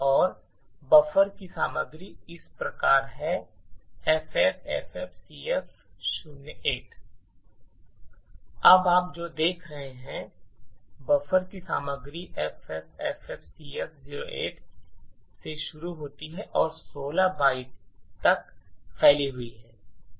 और बफर की सामग्री इस प्रकार है FFFFCF08 अब आप जो देख रहे हैं बफर की सामग्री FFFFCF08 से शुरू होती है और 16 बाइट्स तक फैली हुई है